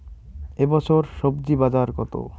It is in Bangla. এ বছর স্বজি বাজার কত?